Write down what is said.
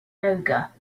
yoga